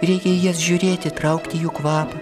reikia į jas žiūrėti traukti jų kvapą